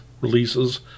releases